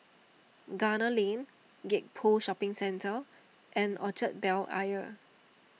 Gunner Lane Gek Poh Shopping Centre and Orchard Bel Air